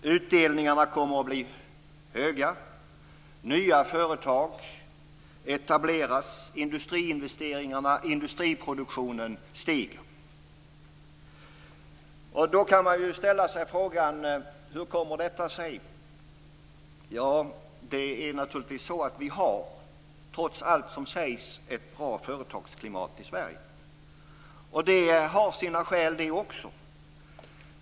Utdelningarna kommer att bli höga. Nya företag etableras. Industriinvesteringarna och industriproduktionen stiger. Då kan man ställa sig frågan: Hur kommer detta sig? Ja, vi har naturligtvis, trots allt som sägs, ett bra företagsklimat i Sverige. Det har också sina skäl.